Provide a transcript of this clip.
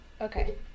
Okay